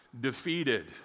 defeated